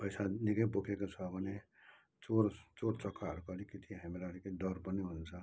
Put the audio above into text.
पैसा निकै बोकेको छ भने चोर चोर चक्काहरूको अलिकति हामीलाई अलिकति डर पनि हुन्छ